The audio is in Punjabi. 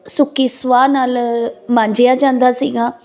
ਸੁਖੀ ਸਵਾਹ ਨਾਲ ਮਾਂਜਿਆ ਜਾਂਦਾ ਸੀਗਾ